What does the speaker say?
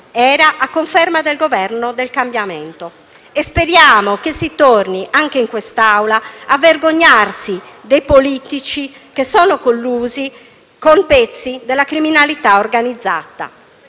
era, a conferma del Governo del cambiamento e speriamo che si torni anche in questa Assemblea a vergognarsi dei politici collusi con pezzi della criminalità organizzata.